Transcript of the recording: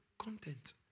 content